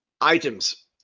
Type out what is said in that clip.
items